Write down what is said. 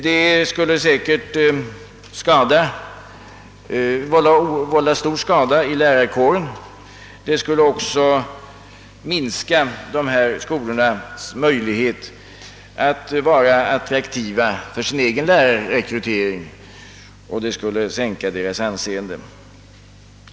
Detta skulle säkert vålla stor skada inom lärarkåren och även minska dessa skolors attraktionsförmåga med avseende på den egna lärarrekryteringen; deras anseende skulle sänkas.